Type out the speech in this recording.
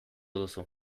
duzu